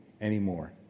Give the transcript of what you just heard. anymore